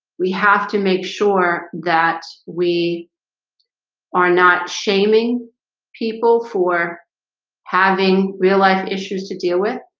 we have to make sure that we are not shaming people for having real life issues to deal with